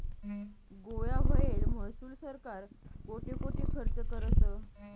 गोया व्हयेल महसूल सरकार कोठे कोठे खरचं करस?